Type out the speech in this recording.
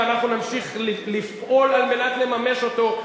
ואנחנו נמשיך לפעול על מנת לממש אותו.